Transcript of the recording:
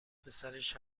پسرش